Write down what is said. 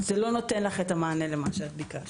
זה לא נותן לך את המענה למה שאת ביקשת.